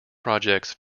projects